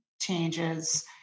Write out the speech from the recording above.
changes